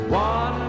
one